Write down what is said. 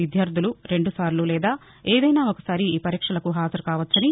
విద్యార్థులు రెండు సార్లూ లేదా ఏదైనా ఒకసారి ఈ పరీక్షలకు హాజరుకావొచ్చని